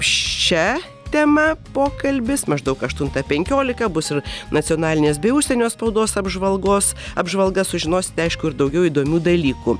šia tema pokalbis maždaug aštuntą penkiolika bus ir nacionalinės bei užsienio spaudos apžvalgos apžvalga sužinosite aišku ir daugiau įdomių dalykų